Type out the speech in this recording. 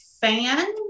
fan